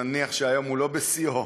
שנניח שהיום הוא לא בשיאו,